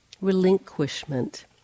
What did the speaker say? Relinquishment